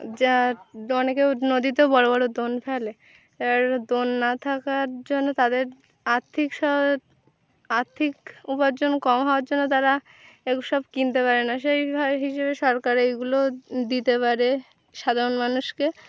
যা অনেকে নদীতে বড়ো বড়ো দোন ফেলে এ দোন না থাকার জন্য তাদের আর্থিক স আর্থিক উপার্জন কম হওয়ার জন্য তারা এগুলো সব কিনতে পারে না সেইভাবে হিসেবে সরকার এইগুলো দিতে পারে সাধারণ মানুষকে